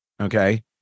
Okay